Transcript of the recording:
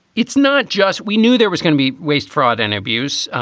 it's not just we knew there was gonna be waste, fraud and abuse.